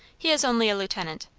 he is only a lieutenant.